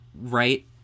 right